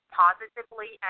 positively